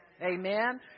Amen